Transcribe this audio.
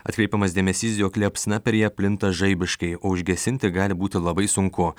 atkreipiamas dėmesys jog liepsna per ją plinta žaibiškai o užgesinti gali būti labai sunku